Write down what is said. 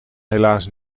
helaas